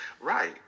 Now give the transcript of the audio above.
Right